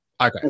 Okay